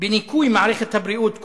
בניכוי מערכת הבריאות,